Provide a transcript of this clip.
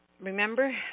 Remember